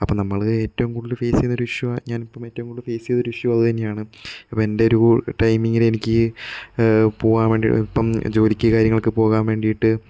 അപ്പം നമ്മള് ഏറ്റവും കൂടുതല് ഫേസ് ചെയ്യുന്ന ഒരു ഇഷ്യുവാണ് ഞാൻ ഇപ്പം ഏറ്റവും കൂടുതൽ ഫേസ് ചെയ്ത ഒര് ഇഷ്യു അത് തന്നെയാണ് അപ്പോൾ എൻ്റെ ഒരു ടൈമിങിന് എനിക്ക് പോവാൻ വേണ്ടീ ഇപ്പം ജോലിക്ക് കാര്യങ്ങൾക്ക് പോകാൻ വേണ്ടിയിട്ട്